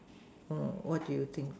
oh what do you think